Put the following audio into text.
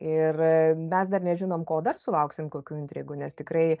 ir mes dar nežinom ko dar sulauksim kokių intrigų nes tikrai